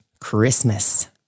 Christmas